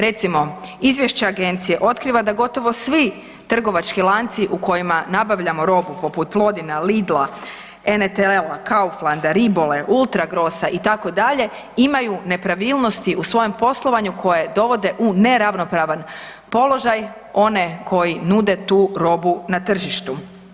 Recimo, izvješće agencije otkriva da gotovo svi trgovački lanci u kojima nabavljamo robu poput Plodina, Lidla, NTL-a, Kauflanda, Ribole, Ultra Grosa itd. imaju nepravilnosti u svojem poslovanju koje dovode u neravnopravan položaj one koji nude tu robu na tržištu.